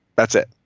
that's it.